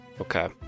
Okay